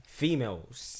females